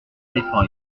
défend